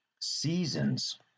seasons